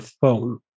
phone